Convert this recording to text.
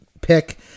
pick